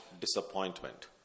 disappointment